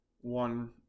one